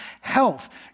health